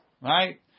right